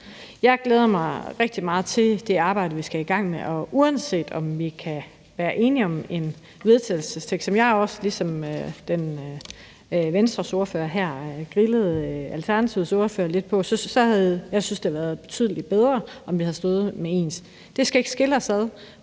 Jeg glæder mig rigtig meget til det arbejde, vi skal i gang med, og uanset om vi kan være enige om en forslag til vedtagelse, og ligesom Venstres ordfører lidt grillede Alternativets ordfører om det, vil jeg sige, at jeg synes, at det havde været betydelig bedre, om vi havde stået med ens forslag til vedtagelse.